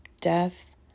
death